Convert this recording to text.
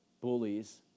bullies